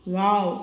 wow